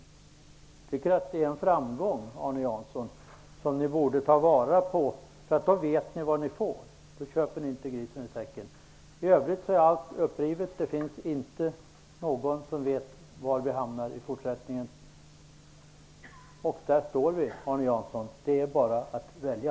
Jag tycker att det är en framgång, Arne Jansson, som ni borde ta vara på. Då vet ni vad ni får. Då köper ni inte grisen i säcken. I övrigt är allt upprivet. Det finns inte någon som vet var vi hamnar i fortsättningen. Där står vi, Arne Jansson. Det är bara att välja.